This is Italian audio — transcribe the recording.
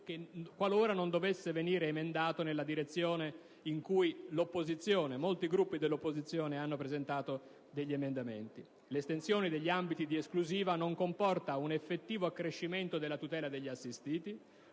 legge qualora non dovesse venire emendato nella direzione in cui molti Gruppi dell'opposizione hanno presentato degli emendamenti. L'estensione degli ambiti di esclusiva non comporta un effettivo accrescimento della tutela degli assistiti,